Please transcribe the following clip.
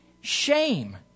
shame